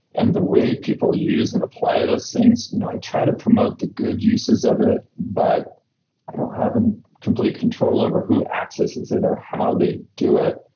and the way people use and apply those things, i try to promote the good uses of it, but i don't have and complete control over who accesses it or how they do it.